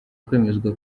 kwemezwa